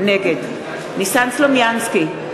נגד ניסן סלומינסקי,